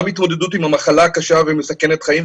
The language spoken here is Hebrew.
גם התמודדות עם המחלה הקשה והמסכנת חיים,